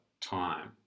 time